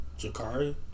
Ja'Kari